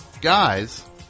guys